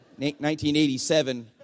1987